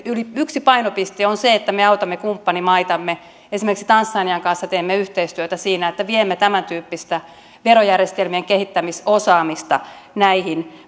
yksi painopiste on se että me autamme kumppanimaitamme esimerkiksi tansanian kanssa teemme yhteistyötä siinä että viemme tämäntyyppistä verojärjestelmien kehittämisosaamista näihin